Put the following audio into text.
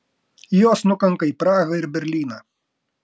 jos nukanka į prahą ir berlyną